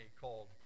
called